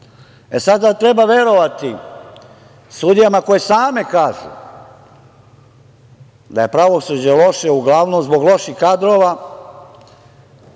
sada, treba verovati sudijama koje same kažu da je pravosuđe loše uglavnom zbog loših kadrova